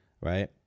right